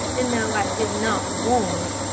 and though i did not want it,